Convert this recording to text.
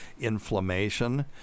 inflammation